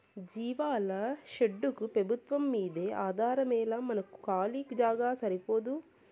జీవాల షెడ్డుకు పెబుత్వంమ్మీదే ఆధారమేలా మన కాలీ జాగా సరిపోదూ